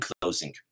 closing